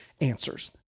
answers